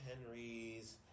Henrys